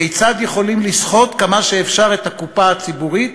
כיצד יכולים לסחוט עד כמה שאפשר את הקופה הציבורית